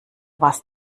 was